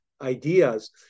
ideas